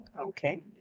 Okay